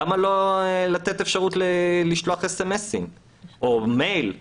למה לא לתת אפשרות לשלוח מסרונים או מיילים